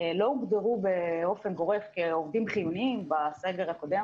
לא הוגדרו באופן גורף כעובדים חיוניים בסגר הקודם.